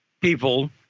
people